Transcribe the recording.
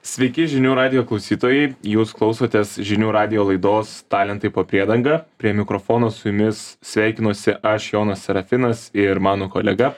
sveiki žinių radijo klausytojai jūs klausotės žinių radijo laidos talentai po priedanga prie mikrofono su jumis sveikinuosi aš jonas serafinas ir mano kolega